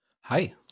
Hi